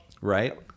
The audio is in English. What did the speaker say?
Right